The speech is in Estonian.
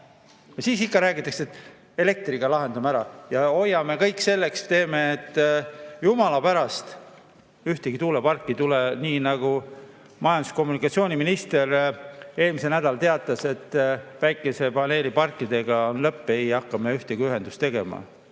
Siis ikka räägitakse, et elektriga lahendame ära ja teeme kõik selleks, et jumala pärast ühtegi tuuleparki ei tule. Nii nagu majandus- ja kommunikatsiooniminister eelmisel nädalal teatas, et päikesepaneeliparkidega on lõpp, ei hakka me ühtegi ühendust tegema.